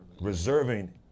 reserving